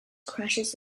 crashes